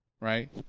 right